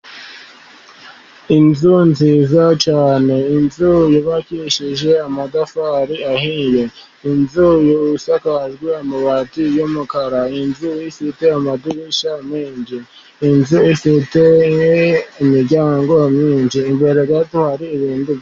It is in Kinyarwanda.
Inzu nziza cyane, inzu yubakishije amatafari ahiye, inzu isakajwe amabati y'umukara, inzu ifite amadirishya menshi, inzu ifite imiryango myinshi, imbere gato hari ibintu...